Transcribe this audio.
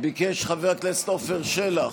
ביקש חבר הכנסת עפר שלח,